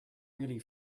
really